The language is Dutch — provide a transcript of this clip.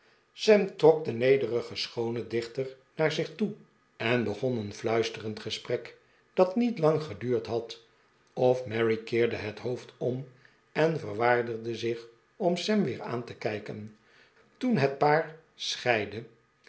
sam trok de nederige schoone dichter naar zich toe en begon een fluisterend gesprek dat niet lang geduurd had of mary keerde het hoofd om en verwaardigde zich om sam weer aan te kijken toen het paar scheidde